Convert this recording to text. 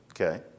okay